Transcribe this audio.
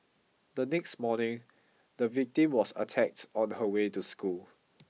the next morning the victim was attacked on her way to school